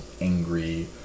angry